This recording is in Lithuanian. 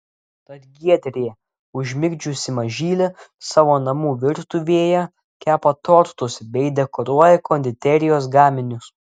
tad giedrė užmigdžiusi mažylį savo namų virtuvėje kepa tortus bei dekoruoja konditerijos gaminius